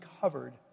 covered